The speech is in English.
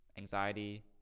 anxiety